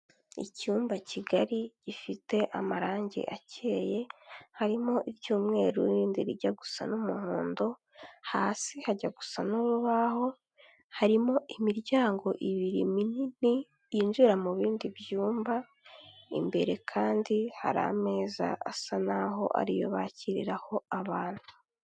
Icyumba kigari gifite amarange akeye, harimo iry'umweru n'irindi rijya gusa n'umuhondo, hasi hajya gusa n'urubaho, harimo imiryango ibiri minini yinjira mu bindi byumba, imbere kandi hari ameza asa naho ariyo bakiriraho abantu.